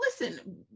listen